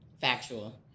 Factual